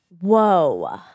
Whoa